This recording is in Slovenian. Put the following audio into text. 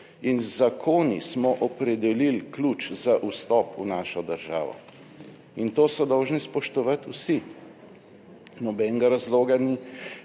In z zakoni smo opredelili ključ za vstop v našo državo. In to so dolžni spoštovati vsi. Nobenega razloga ni,